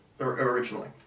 originally